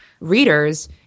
readers